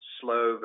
slow